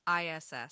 ISS